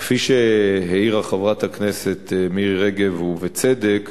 כפי שהעירה חברת הכנסת מירי רגב, ובצדק,